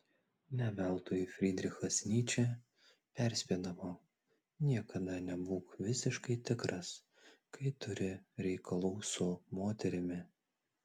ne veltui frydrichas nyčė perspėdavo niekada nebūk visiškai tikras kai turi reikalų su moterimi